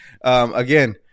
Again